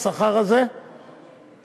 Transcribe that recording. יש